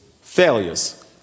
failures